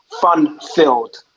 fun-filled